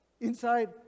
inside